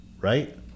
right